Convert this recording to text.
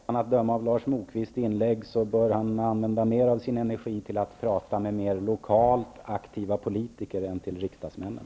Fru talman! Att döma av Lars Moquists inlägg bör han använda mer av sin energi till att tala med mer lokalt aktiva politiker än till riksdagsmännen.